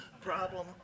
problem